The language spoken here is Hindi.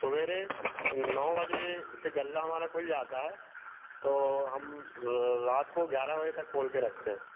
सवेरे नौ बजे से ग़ल्ला हमारा खुल जाता है तो हम रात को ग्यारह बजे तक खोल कर रखते हैं